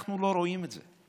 אנחנו לא רואים את זה.